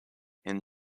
and